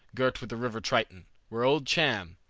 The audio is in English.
girt with the river triton, where old cham,